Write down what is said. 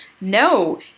no